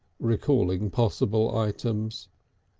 recalling possible items.